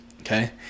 Okay